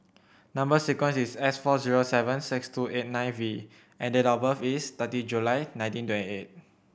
number sequence is S four zero seven six two eight nine V and date of birth is thirty July nineteen twenty eight